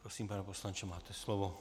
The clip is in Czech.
Prosím, pane poslanče, máte slovo.